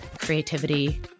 creativity